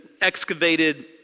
excavated